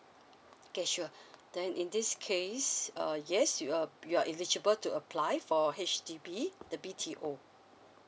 okay sure then in this case uh yes you uh you are eligible to apply for H_D_B the B_T_O